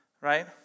right